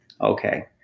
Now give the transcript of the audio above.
okay